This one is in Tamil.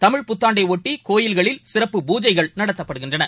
தமிழ் புத்தாண்டைபொட்டி கோவில்களில் சிறப்பு பூஜைகள் நடத்தப்படுகின்றன